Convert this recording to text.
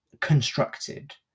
constructed